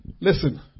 Listen